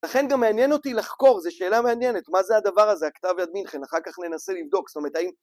לכן גם מעניין אותי לחקור, זה שאלה מעניינת, מה זה הדבר הזה, הכתב יד מינכן, אחר כך ננסה לבדוק, זאת אומרת האם...